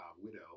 Widow